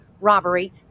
robbery